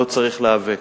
לא צריך להיאבק.